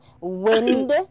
wind